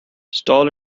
stall